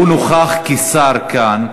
הוא נוכח כשר כאן.